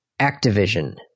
Activision